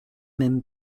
même